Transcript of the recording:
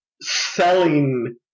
selling